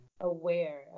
aware